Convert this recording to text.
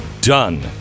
done